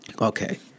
okay